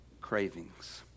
cravings